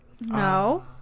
No